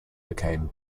became